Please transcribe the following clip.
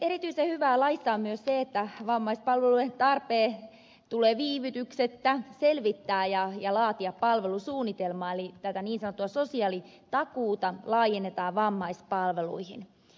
erityisen hyvää laissa on myös se että tulee viivytyksettä selvittää vammaispalveluiden tarpeet ja laatia palvelusuunnitelma eli tätä niin sanottua sosiaalitakuuta laajennetaan vammaispalveluihin